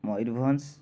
Mayurbhanj